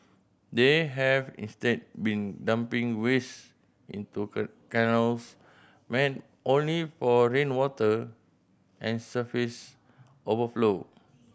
they have instead been dumping waste into canals meant only for rainwater and surface overflow